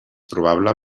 probable